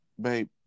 babe